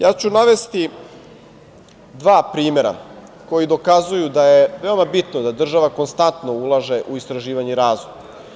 Navešću dva primera koji dokazuju da je veoma bitno da država konstantno ulaže u istraživanje i razvoj.